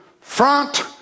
front